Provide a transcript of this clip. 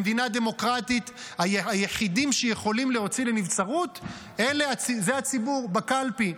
במדינה דמוקרטית היחידים שיכולים להוציא לנבצרות זה הציבור בקלפי.